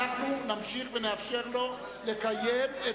אנחנו נמשיך ונאפשר לו לקיים,